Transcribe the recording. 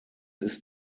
ist